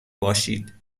باشید